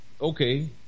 Okay